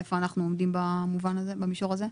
היכן אנחנו עומדים במישור הזה?